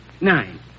nine